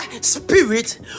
spirit